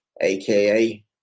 AKA